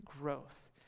growth